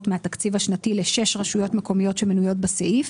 מהתקציב השנתי ל-6 רשויות מקומיות שמנויות בסעיף,